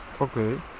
Okay